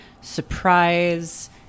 surprise